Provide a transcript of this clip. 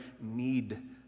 need